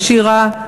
ושירה,